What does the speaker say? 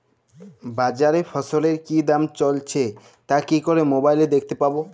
বাজারে ফসলের কি দাম চলছে তা কি করে মোবাইলে দেখতে পাবো?